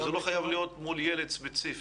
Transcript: אז הוא לא חייב להיות מול ילד ספציפי.